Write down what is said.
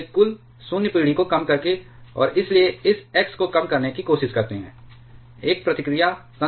वे कुल शून्य पीढ़ी को कम करके और इसलिए इस x को कम करने की कोशिश करते हैं एक प्रतिक्रिया तंत्र की तरह काम करते हैं